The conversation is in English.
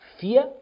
Fear